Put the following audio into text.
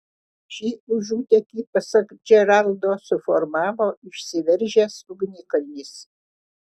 šį užutėkį pasak džeraldo suformavo išsiveržęs ugnikalnis